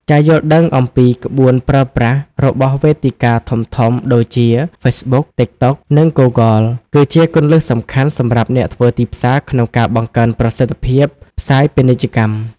ការយល់ដឹងអំពីក្បួនប្រើប្រាស់ របស់វេទិកាធំៗដូចជា Facebook, TikTok និង Google គឺជាគន្លឹះសំខាន់សម្រាប់អ្នកធ្វើទីផ្សារក្នុងការបង្កើនប្រសិទ្ធភាពផ្សាយពាណិជ្ជកម្ម។